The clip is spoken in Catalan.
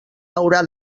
haurà